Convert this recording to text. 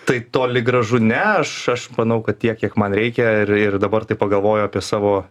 tai toli gražu ne aš aš manau kad tiek kiek man reikia ir ir dabar taip pagalvoju apie savo